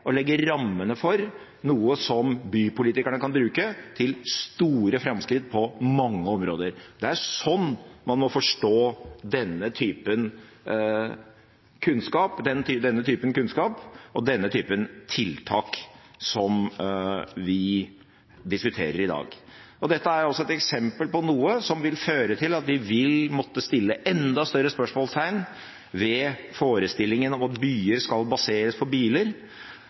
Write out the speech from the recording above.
å legge rammene for noe som bypolitikerne kan bruke til store framskritt på mange områder. Det er slik man må forstå denne typen kunnskap og denne typen tiltak som vi diskuterer i dag. Og dette er jo også et eksempel på noe som vil føre til at vi vil måtte sette enda større spørsmålstegn ved forestillingen om at byer skal baseres på biler,